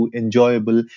enjoyable